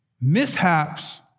mishaps